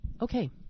Okay